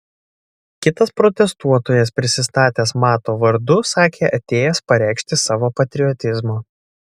kitas protestuotojas prisistatęs mato vardu sakė atėjęs pareikšti savo patriotizmo